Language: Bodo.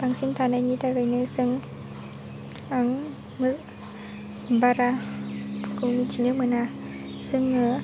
बांसिन थानायनि थाखायनो जों आं मोजां बारा मिथिना मोना जोङो